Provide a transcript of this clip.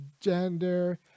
gender